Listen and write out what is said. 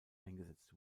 eingesetzt